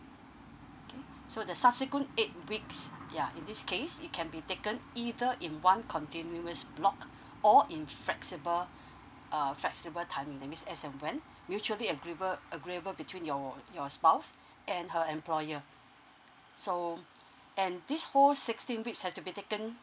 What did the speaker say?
K so the subsequent eight weeks ya in this case it can be taken either in one continuous block or in flexible uh flexible timing that means as and when mutually agreeable agreeable between your your spouse and her employer so and this whole sixteen weeks has to be taken